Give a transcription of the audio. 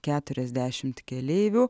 keturiasdešimt keleivių